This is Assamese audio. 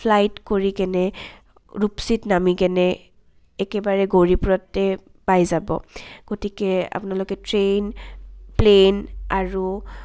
ফ্লাইট কৰি কেনে ৰূপসীত নামি কেনে একেবাৰে গৌৰীপুৰতে পাই যাব গতিকে আপোনালোকে ট্ৰেইন প্লেইন আৰু